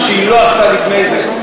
מה שהיא לא עשתה לפני זה,